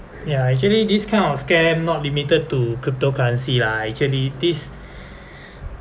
ya actually this kind of scam not limited to cryptocurrency lah actually this